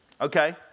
Okay